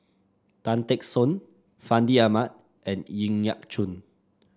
Tan Teck Soon Fandi Ahmad and Ng Yat Chuan